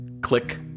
Click